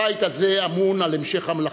הבית הזה אמון על המשך המלאכה,